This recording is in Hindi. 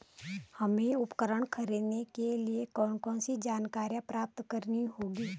हमें उपकरण खरीदने के लिए कौन कौन सी जानकारियां प्राप्त करनी होगी?